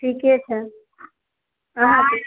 ठीके छै आँय